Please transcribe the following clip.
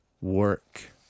work